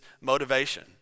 motivation